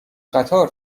قطار